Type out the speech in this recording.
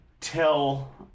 tell